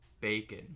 bacon